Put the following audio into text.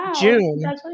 June